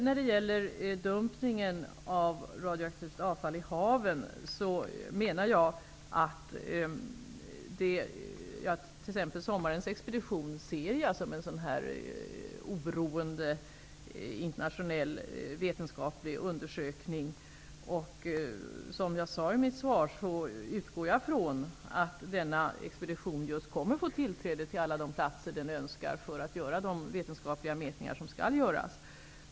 När det gäller dumpningen av radioaktivt avfall i haven ser jag t.ex. sommarens expedition som en oberoende internationell vetenskaplig undersökning. Som jag sade i mitt svar utgår jag från att denna expedition kommer att få tillträde till alla de platser den önskar för att göra de vetenskapliga mätningar som skall göras.